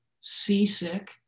seasick